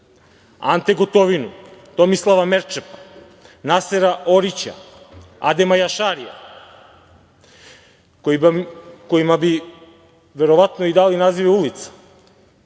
Ante Gotovinu, Tomislava Merčepa, Nasera Orića, Adema Jašarija, kojima bi verovatno i dali nazive ulica